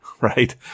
right